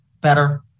better